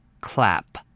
Clap